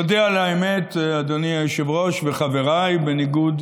אודה על האמת, אדוני היושב-ראש, וחבריי, בניגוד